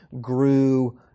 grew